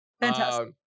Fantastic